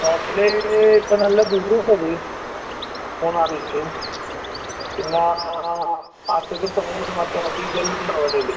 total ഇപ്പം നല്ല ദൂരം ഉണ്ടത് മൂന്നാറിലേക്ക് പിന്നെ അവിടത്തേക്ക് ടോളിന് മറ്റേ അത് ഇത് എല്ലം ഉണ്ടാവും ഇടയിൽ